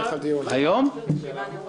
הישיבה נעולה הישיבה ננעלה